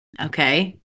Okay